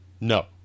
no